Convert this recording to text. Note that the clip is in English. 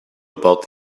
about